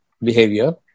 behavior